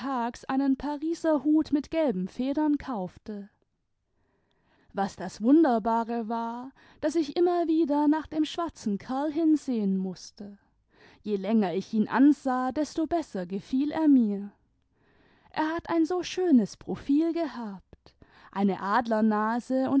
einen pariser hut nüt gelben federn kaufte was das wunderbare war daß ich immer wieder nach dem schwarzen kerl hinsehen mußte je länger ich ihn ansah desto besser gefiel er mir r hat ein so schönes profil gehabt eine